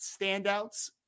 standouts